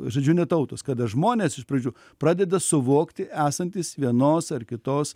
žodžiu ne tautos kada žmonės iš pradžių pradeda suvokti esantys vienos ar kitos